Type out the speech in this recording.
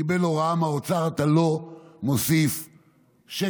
קיבל הוראה מהאוצר: אתה לא מוסיף שקל,